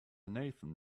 nathan